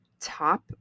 top